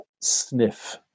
sniff